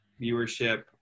viewership